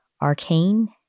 Arcane